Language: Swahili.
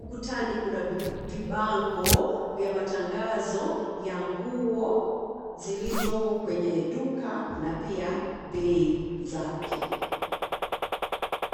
Ukutani kuna vibango vya matangazo ya nguo zilizomo kwenye duka na pia bei zake.